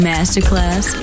Masterclass